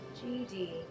GD